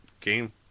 Game